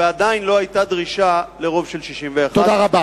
ועדיין לא היתה דרישה לרוב של 61. תודה רבה.